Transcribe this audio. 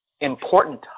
important